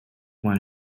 one